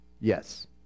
yes